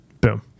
boom